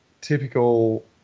typical